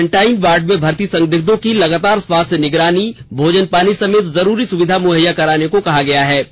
quarantine ward में भर्ती संदिग्धों की लगातार स्वास्थ निगरानी भोजन पानी सहित जरूरी सुविधा मुहैया कराने को कहा गया है